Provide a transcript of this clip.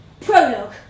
Prologue